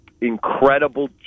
incredible